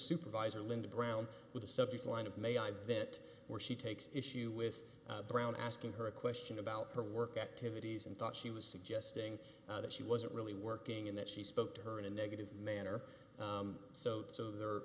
supervisor linda brown with the subject line of may i bit or she takes issue with brown asking her a question about her work activities and thought she was suggesting that she wasn't really working and that she spoke to her in a negative manner so there